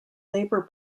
labour